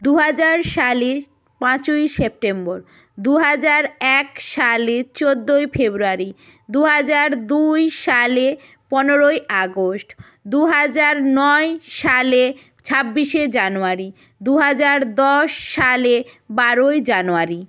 দু হাজার সালে পাঁচই সেপ্টেম্বর দু হাজার এক সালে চোদ্দোই ফেব্রুয়ারি দু হাজার দুই সালে পনেরোই আগস্ট দু হাজার নয় সালে ছাব্বিশে জানুয়ারি দু হাজার দশ সালে বারোই জানুয়ারি